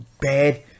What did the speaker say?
bad